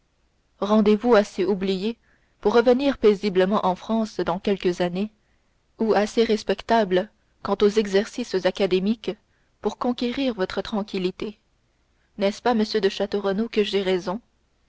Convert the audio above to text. rendez-vous assez oublié pour revenir paisiblement en france dans quelques années ou assez respectable quant aux exercices académiques pour conquérir votre tranquillité n'est-ce pas monsieur de château renaud que j'ai raison